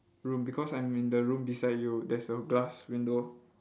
room because I'm in the room beside you there's a glass window